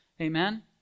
Amen